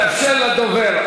תאפשר לדובר.